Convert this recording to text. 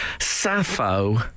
Sappho